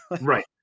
right